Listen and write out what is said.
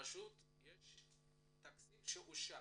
יש תקציב שאושר,